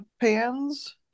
pans